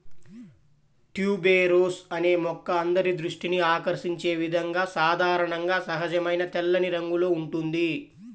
tuberose అనే మొక్క అందరి దృష్టిని ఆకర్షించే విధంగా సాధారణంగా సహజమైన తెల్లని రంగులో ఉంటుంది